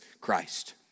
Christ